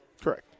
Correct